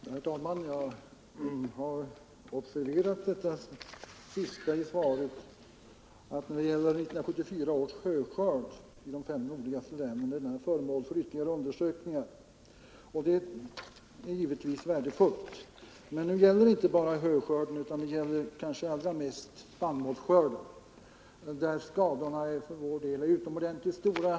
Herr talman! Jag har observerat uppgiften i svaret att 1974 års höskörd i de fem nordligaste länen är föremål för ytterligare undersökningar. Det är givetvis värdefullt. Men nu gäller det inte bara höskörden utan det gäller kanske allra mest spannmålsskörden. Skadorna på denna är i vår del av landet utomordentligt stora.